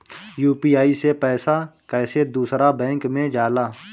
UPI से पैसा कैसे दूसरा बैंक मे जाला?